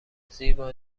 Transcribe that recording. زیبا